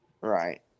Right